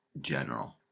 General